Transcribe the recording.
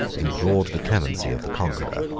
implored the clemency of the conqueror,